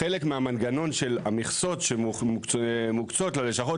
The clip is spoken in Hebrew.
חלק מהמנגנון של המכסות שמוקצות ללשכות